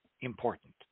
important